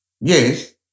Yes